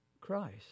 Christ